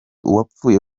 uwapfuye